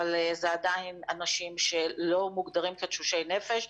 אבל הם עדיין אנשים שלא מוגדרים כתשושי נפש.